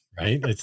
Right